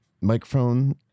microphone